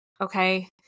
Okay